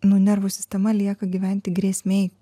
nu nervų sistema lieka gyventi grėsmėj